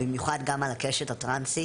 במיוחד גם על הקשת הטרנסית.